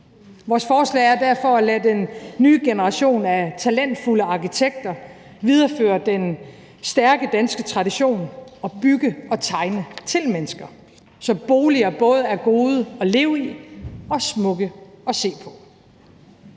Vores forslag er derfor at lade den nye generation af talentfulde arkitekter videreføre den stærke danske tradition og bygge og tegne til mennesker, så boliger både er gode at leve i og smukke at se på.